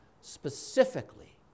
specifically